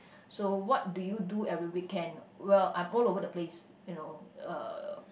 so what do you do every weekend well I'm all over the place you know uh